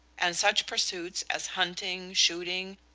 and such pursuits as hunting, shooting,